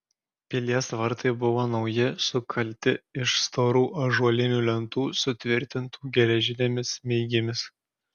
pilies vartai buvo nauji sukalti iš storų ąžuolinių lentų sutvirtintų geležinėmis smeigėmis